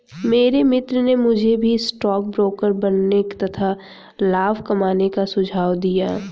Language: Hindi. मेरे मित्र ने मुझे भी स्टॉक ब्रोकर बनने तथा लाभ कमाने का सुझाव दिया